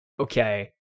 Okay